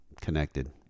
connected